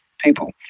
people